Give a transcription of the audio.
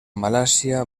malasia